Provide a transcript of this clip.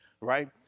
Right